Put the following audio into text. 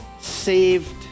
saved